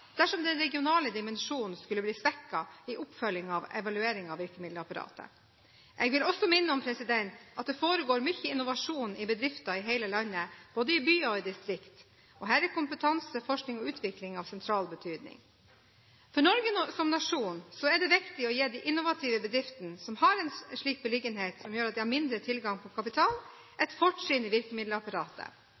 dersom den regionale dimensjonen skulle bli svekket i oppfølgingen av evalueringen av virkemiddelapparatet. Jeg vil også minne om at det foregår mye innovasjon i bedrifter i hele landet, både i byer og i distrikt. Her er kompetanse, forskning og utvikling av sentral betydning. For Norge som nasjon er det viktig å gi de innovative bedriftene som har en beliggenhet som gjør at de har mindre tilgang på kapital, et fortrinn i virkemiddelapparatet.